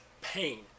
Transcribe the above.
pain